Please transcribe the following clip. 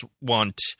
want